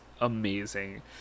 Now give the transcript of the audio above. amazing